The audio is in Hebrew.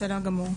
בסדר גמור.